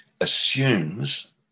assumes